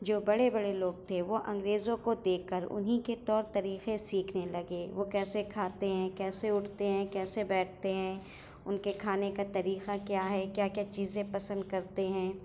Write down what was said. جو بڑے بڑے لوگ تھے وہ انگریزوں کو دیکھ کر انہی کے طور طریقے سیکھنے لگے وہ کیسے کھاتے ہیں کیسے اٹھتے ہیں کیسے بیٹھتے ہیں ان کے کھانے کا طریقہ کیا ہے کیا کیا چیزیں پسند کرتے ہیں